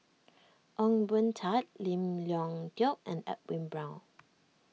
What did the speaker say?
Ong Boon Tat Lim Leong Geok and Edwin Brown